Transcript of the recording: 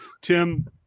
Tim